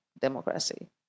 democracy